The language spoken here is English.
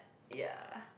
ya